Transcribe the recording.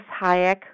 Hayek